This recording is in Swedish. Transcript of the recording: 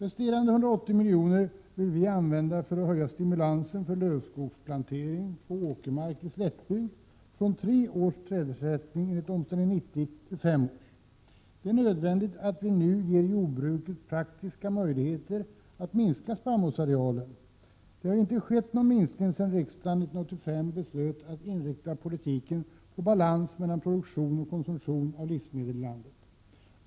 Resterande 180 milj.kr. vill vi använda för att höja stimulansen för lövskogsplantering på åkermark i slättbygd från tre års trädesersättning enligt Omställning 90 till fem års. Det är nödvändigt att vi nu ger jordbruket praktiska möjligheter att minska spannmålsarealen — det har ju inte skett någon minskning sedan riksdagen 1985 beslöt att inrikta politiken på balans mellan produktion och konsumtion av livsmedel i landet.